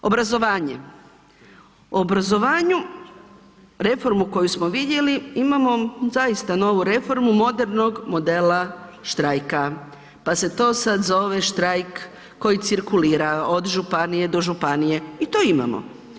Obrazovanje, u obrazovanju reformu koju smo vidjeli imamo zaista novu reformu modernog modela štrajka, pa se sad to zove štraj koji cirkulira od županije do županije i to imamo.